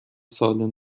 سال